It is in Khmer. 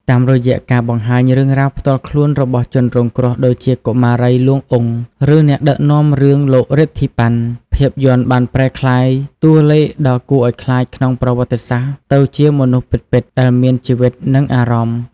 តាមរយៈការបង្ហាញរឿងរ៉ាវផ្ទាល់ខ្លួនរបស់ជនរងគ្រោះ ដូចជាកុមារី លួង អ៊ុង ឬអ្នកដឹកនាំរឿង លោក រិទ្ធី ប៉ាន់ ភាពយន្តបានប្រែក្លាយតួលេខដ៏គួរឲ្យខ្លាចក្នុងប្រវត្តិសាស្ត្រទៅជាមនុស្សពិតៗ ដែលមានជីវិត និងអារម្មណ៍។